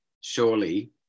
surely